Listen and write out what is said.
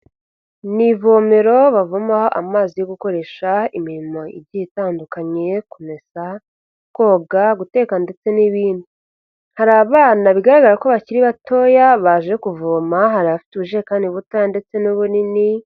Ni ivomero bavomaho amazi yo gukoresha imirimo igiye itandukanye, kumesa, koga, guteka ndetse n'ibindi, hari abana bigaragara ko bakiri batoya, baje kuvoma, hari abafite ubujerekani butoya ndetse n'ubunini.